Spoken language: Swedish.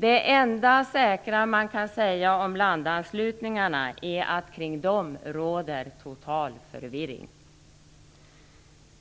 Det enda säkra som man kan säga om landanslutningarna är att det kring dem råder total förvirring.